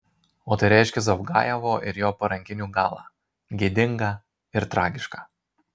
o tai reiškia zavgajevo ir jo parankinių galą gėdingą ir tragišką